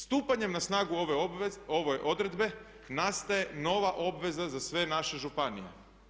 Stupanjem na snagu ove odredbe nastaje nova obveza za sve naše županije.